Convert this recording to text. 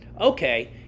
okay